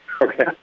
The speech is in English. okay